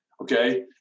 Okay